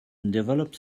developed